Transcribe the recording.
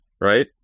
Right